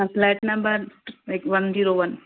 flat number हिकु one zero one